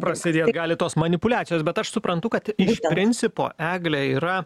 prasidėt gali tos manipuliacijos bet aš suprantu kad iš principo eglė yra